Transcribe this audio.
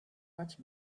much